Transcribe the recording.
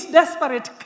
desperate